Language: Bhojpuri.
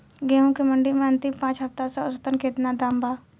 गेंहू के मंडी मे अंतिम पाँच हफ्ता से औसतन केतना दाम बा?